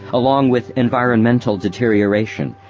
along with environmental deterioration,